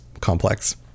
complex